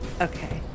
Okay